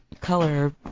color